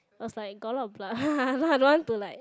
it was like got a lot of blood so I don't want to like